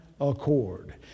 accord